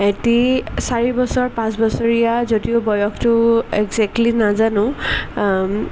এটি চাৰিবছৰ পাঁচবছৰীয়া যদিও বয়সটো একজেকলি নাজানো